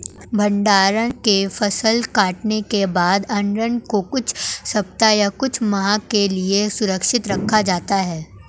भण्डारण में फसल कटने के बाद अन्न को कुछ सप्ताह या कुछ माह के लिये सुरक्षित रखा जाता है